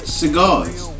cigars